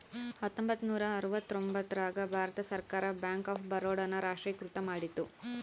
ಹತ್ತೊಂಬತ್ತ ನೂರ ಅರವತ್ತರ್ತೊಂಬತ್ತ್ ರಾಗ ಭಾರತ ಸರ್ಕಾರ ಬ್ಯಾಂಕ್ ಆಫ್ ಬರೋಡ ನ ರಾಷ್ಟ್ರೀಕೃತ ಮಾಡಿತು